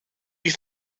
you